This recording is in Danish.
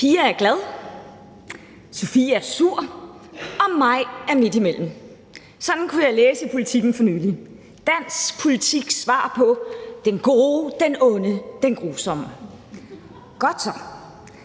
Pia er glad, Sofie er sur, og Mai er midtimellem. Sådan kunne jeg læse i Politiken for nylig – dansk politiks svar på »Den gode, den onde og den grusomme«. Godt så.